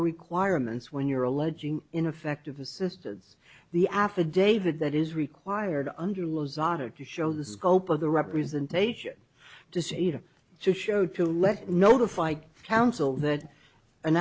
requirements when you're alleging ineffective assistance the affidavit that is required under lozada to show the scope of the representation to see to show to let notify council that an